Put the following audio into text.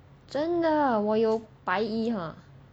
真的我有白衣 hor